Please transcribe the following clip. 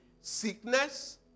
sickness